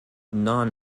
non